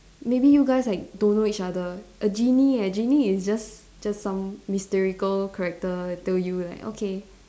maybe you guys like don't know each other a genie eh genie is just just some mystical character tell you like okay